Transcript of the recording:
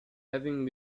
having